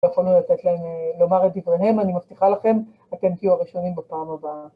יכולנו לתת להם, לומר את דבריהם, אני מבטיחה לכם, אתם תהיו הראשונים בפעם הבאה.